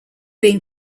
being